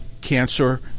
cancer